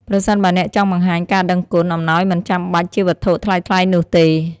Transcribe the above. ប្រសិនបើអ្នកចង់បង្ហាញការដឹងគុណ អំណោយមិនចាំបាច់ជាវត្ថុថ្លៃៗនោះទេ។